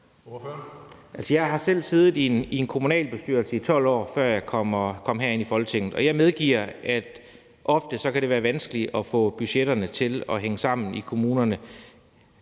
jeg har selv siddet i en kommunalbestyrelse i 12 år, før jeg kom herind i Folketinget, og jeg medgiver, at ofte kan det være vanskeligt at få budgetterne til at hænge sammen i kommunerne.